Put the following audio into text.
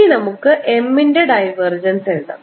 ഇനി നമുക്ക് M ൻറെ ഡൈവർജൻസ് എഴുതാം